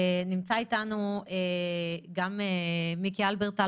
נמצא איתנו גם מיקי הלברטל,